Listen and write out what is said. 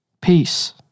Peace